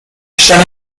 کشتن